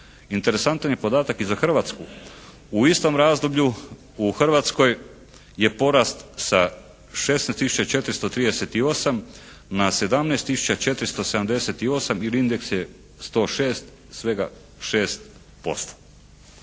Interesantan je podatak i za Hrvatsku. U istom razdoblju u Hrvatskoj je porast sa 16 tisuća 438 na 17 tisuća 478 ili indeks je 106, svega 6%.